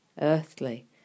earthly